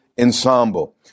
ensemble